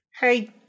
hey